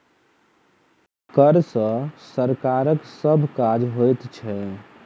कर सॅ सरकारक सभ काज होइत छै